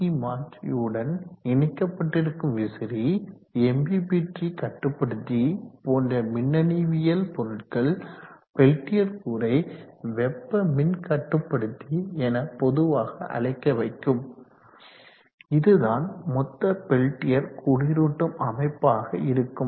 C மாற்றியுடன் இணைக்கப்பட்டிருக்கும் விசிறி எம்பிபிற்றி கட்டுப்படுத்தி போன்ற மின்னணுவியல் பொருட்கள் பெல்டியர் கூறை வெப்ப மின் கட்டுப்படுத்தி என பொதுவாக அழைக்க வைக்கும் இதுதான் மொத்த பெல்டியர் குளிரூட்டும் அமைப்பாக இருக்கும்